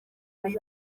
biri